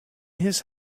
his